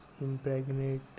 impregnate